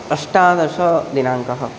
अष्टादशदिनाङ्कः